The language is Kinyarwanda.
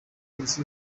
polisi